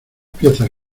piezas